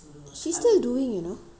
she still doing you know